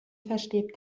versteht